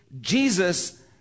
Jesus